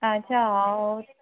ଆଚ୍ଛା ହଉ